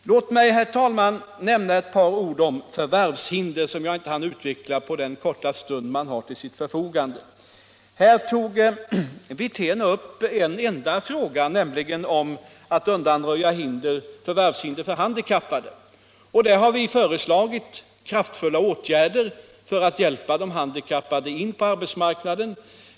Låt mig säga några ord om förvärvshinder — jag hann inte gå närmare in på den frågan den korta stund man har till sitt förfogande för en replik. Herr Wirtén tog upp en enda fråga, nämligen att undanröja förvärvshinder för handikappade. Där har vi föreslagit kraftfulla åtgärder för att hjälpa de handikappade in på arbetsmarknaden.